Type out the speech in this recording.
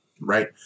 Right